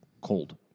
cold